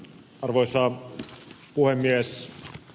arvoisa puhemies